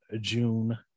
June